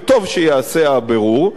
וטוב שייעשה הבירור,